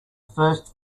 first